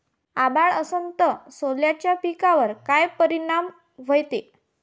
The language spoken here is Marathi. अभाळ असन तं सोल्याच्या पिकावर काय परिनाम व्हते?